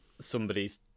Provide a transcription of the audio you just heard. somebody's